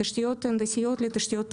תשתיות הנדסיות לתשתיות תחבורה.